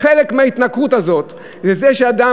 חלק מההתנכרות הזאת זה שאדם,